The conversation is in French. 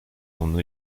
son